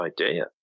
idea